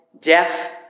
deaf